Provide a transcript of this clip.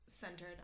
centered